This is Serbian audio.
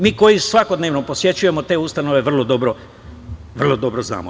Mi koji svakodnevno posećujemo te ustanove vrlo dobro znamo.